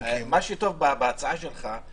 מה שטוב בהצעה שלך הוא